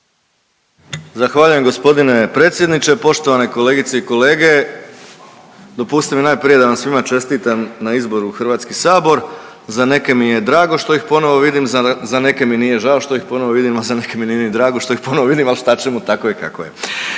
Zahvaljujem g. predsjedniče. Poštovane kolegice i kolege. Dopustite mi najprije da vam čestitam na izboru u HS, za neke mi je drago što ih ponovo vidim, za neke mi nije žao što ih ponovo vidim, a za neke mi nije ni drago što ih ponovo vidim, al šta ćemo tako je kako je.